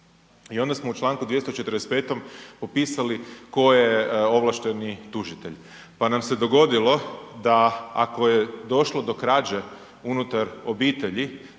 I onda smo u Članku 245. popisali tko je ovlašteni tužitelj, pa nam se dogodilo da ako je došlo do krađe unutar obitelji